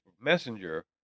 messenger